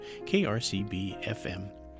KRCB-FM